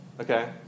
okay